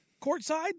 courtside